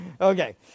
Okay